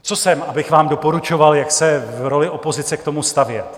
Co jsem, abych vám doporučoval, jak se v roli opozice k tomu stavět?